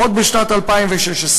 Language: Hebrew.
עוד בשנת 2016,